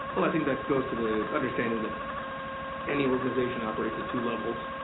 well i think that goes to the understanding that any organization operates at two levels,